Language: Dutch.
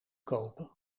kopen